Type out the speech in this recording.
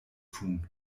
tun